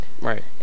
Right